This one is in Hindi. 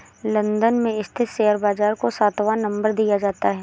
लन्दन में स्थित शेयर बाजार को सातवां नम्बर दिया जाता है